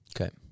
Okay